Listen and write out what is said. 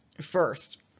first